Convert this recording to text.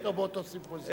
הייתי אתו באותו סימפוזיון.